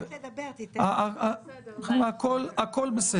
הכול בסדר.